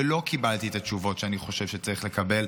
ולא קיבלתי את התשובות שאני חושב שצריך לקבל.